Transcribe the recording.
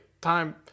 time